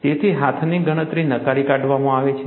તેથી હાથની ગણતરી નકારી કાઢવામાં આવે છે